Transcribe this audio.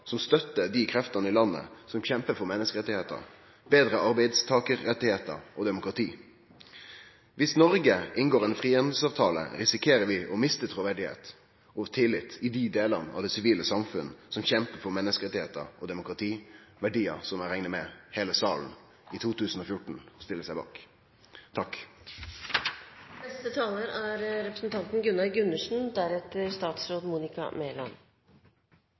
som støtter dei kreftene i landet som kjempar for menneskerettar, betre arbeidstakarrettar og demokrati. Viss Noreg inngår ein frihandelsavtale, risikerer vi å miste truverd og tillit i dei delane av det sivile samfunnet som kjempar for menneskerettar og demokrativerdiar, som eg reknar med heile salen i 2014 stiller seg bak.